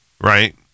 right